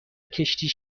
کشتی